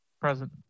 Present